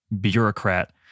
bureaucrat